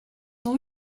ont